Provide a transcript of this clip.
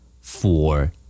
Four